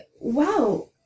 wow